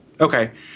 Okay